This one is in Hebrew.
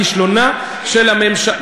כישלונה של הממשלה,